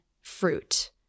fruit